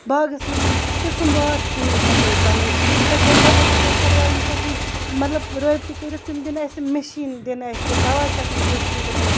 باغَس منٛز چھِ قٕسٕموار ژوٗنٛٹھۍ ہیٚکو أسۍ بَنٲوِتھ أسۍ ہیٚکو ایٚگرِکَلچَر والٮ۪ن سۭتٮ۪ن مطلب رٲبطہٕ کٔرِتھ تِم دِن اَسہِ مشیٖن دِن اَسہِ دَوا چھَکنٕچ مشیٖن دِن اَسہِ